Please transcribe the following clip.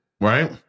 right